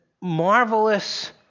marvelous